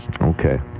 Okay